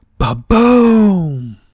Baboom